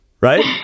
right